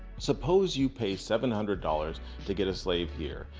suppose you pay seven hundred dollars to get a slave here,